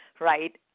right